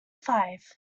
five